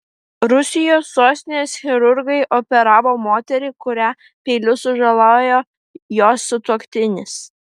rusijos sostinės chirurgai operavo moterį kurią peiliu sužalojo jos sutuoktinis